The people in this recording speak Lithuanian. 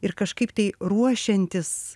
ir kažkaip tai ruošiantis